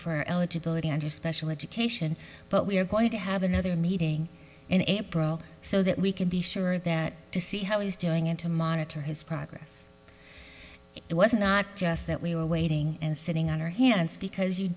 for eligibility under special education but we are going to have another meeting in april so that we can be sure that to see how he is doing and to monitor his progress it was not just that we were waiting and sitting on our hands because you